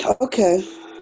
Okay